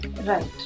Right